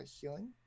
healing